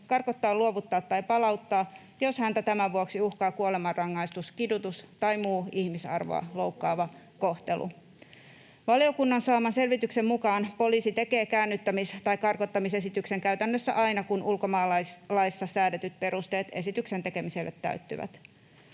karkottaa, luovuttaa tai palauttaa, jos häntä tämän vuoksi uhkaa kuolemanrangaistus, kidutus tai muu ihmisarvoa loukkaava kohtelu. [Jussi Halla-ahon välihuuto] Valiokunnan saaman selvityksen mukaan poliisi tekee käännyttämis- tai karkottamisesityksen käytännössä aina kun ulkomaalaislaissa säädetyt perusteet esityksen tekemiselle täyttyvät.